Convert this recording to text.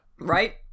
Right